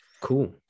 Cool